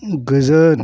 गोजोन